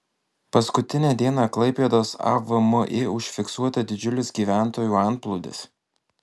paskutinę dieną klaipėdos avmi užfiksuota didžiulis gyventojų antplūdis